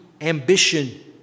ambition